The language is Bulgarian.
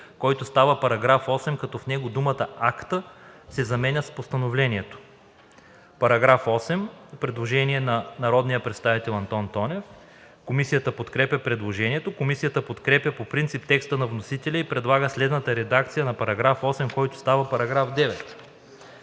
който става § 8, като в него думата „акта“ да се замени с „постановлението“. По § 8 има предложение на народния представител Антон Тонев. Комисията подкрепя предложението. Комисията подкрепя по принцип текста на вносителя и предлага следната редакция на § 8, който става § 9: „§ 9.